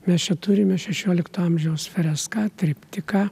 mes čia turime šešiolikto amžiaus freską triptiką